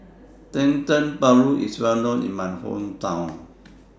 Dendeng Paru IS Well known in My Hometown